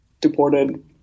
deported